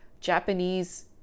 Japanese